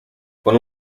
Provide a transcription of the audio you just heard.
con